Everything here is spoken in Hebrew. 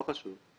לא חשוב.